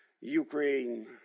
Ukraine